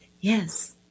Yes